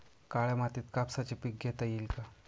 काळ्या मातीत कापसाचे पीक घेता येईल का?